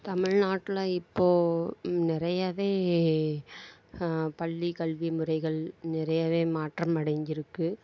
தமிழ்நாட்டில் இப்போது நிறையவே பள்ளி கல்வி முறைகள் நிறையவே மாற்றம் அடங்கி இருக்குது